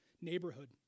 neighborhood